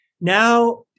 Now